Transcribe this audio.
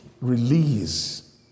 release